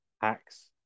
hacks